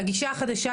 הגישה החדשה,